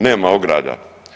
Nema ograda.